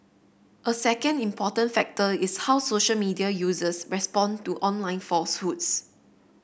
a second important factor is how social media users respond to online falsehoods